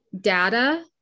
data